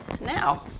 now